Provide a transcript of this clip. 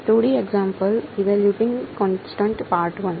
તેથી આ કોન્સટન્ટ કરીશ